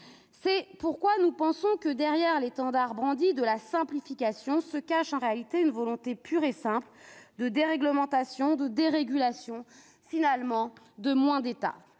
C'est pourquoi nous pensons que l'étendard brandi de la simplification cache en réalité une volonté pure et simple de déréglementation, de dérégulation et, finalement, de « moins d'État